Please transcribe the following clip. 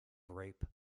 rape